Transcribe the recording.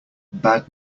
bad